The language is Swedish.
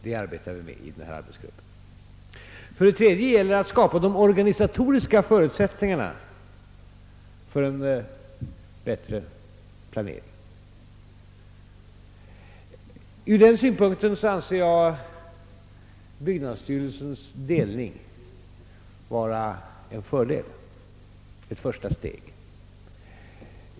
En tredje uppgift för gruppen är att skapa de organisatoriska förutsättningarna för en bättre planering. Härvidlag anser jag att delningen av byggnadsstyrelsen är en fördel och ett första steg.